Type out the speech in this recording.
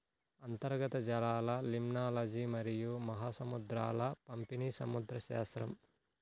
అంతర్గత జలాలలిమ్నాలజీమరియు మహాసముద్రాల పంపిణీసముద్రశాస్త్రం